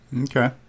Okay